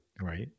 Right